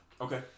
Okay